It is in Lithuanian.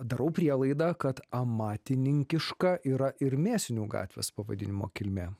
darau prielaidą kad amatininkiška yra ir mėsinių gatvės pavadinimo kilmė